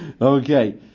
Okay